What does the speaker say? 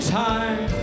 time